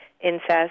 incest